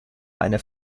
eine